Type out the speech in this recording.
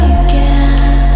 again